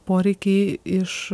poreikį iš